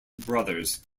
brothers